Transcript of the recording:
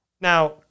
Now